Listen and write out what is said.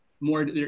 more